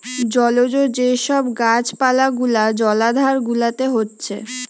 জলজ যে সব গাছ পালা গুলা জলাধার গুলাতে হচ্ছে